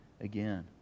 again